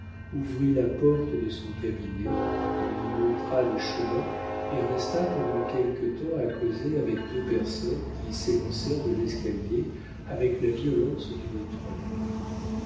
ouvrit la porte de son cabinet lui montra le chemin et resta pendant quelque temps à causer avec deux personnes qui s'élancèrent de l'escalier avec la violence d'une trombe